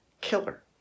killer